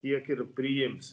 tiek ir priimsi